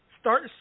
start